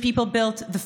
המעוגנים במגילת העצמאות,